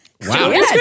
Wow